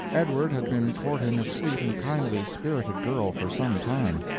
edward had been courting a sweet and kindly spirited girl for some time.